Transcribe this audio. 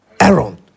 Aaron